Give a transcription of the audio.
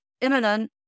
imminent